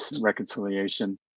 reconciliation